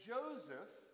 Joseph